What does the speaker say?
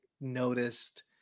noticed